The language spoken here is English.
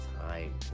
time